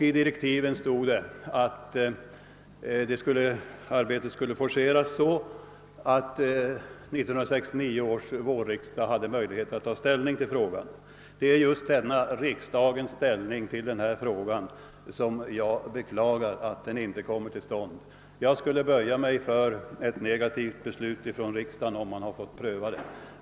I direktiven angavs att arbetet måste forceras, så att 1969 års vårriksdag hade möjlighet att ta ställning till frågan. Det är just det faktum att riksdagen inte får ta ställning till frågan som jag beklagar. Jag skulle böja mig för ett negativt beslut från riksdagen om den hade fått pröva ärendet.